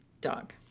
Dog